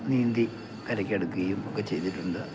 നീന്തി കരയ്ക്കടുക്കുകയും ഒക്കെ ചെയ്തിട്ടുണ്ട്